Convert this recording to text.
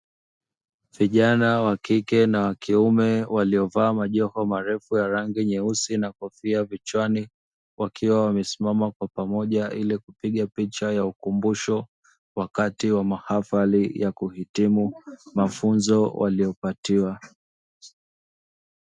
Vijana wa kike na wakiume waliovaa majoho marefu ya rangi nyeusi na kofia kichwani, wakiwa wamesimama kwa pamoja ili kupiga picha ya ukumbusho wakati wa mahafali ya kuhitimu mafunzo waliyopatiwa.